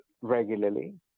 regularly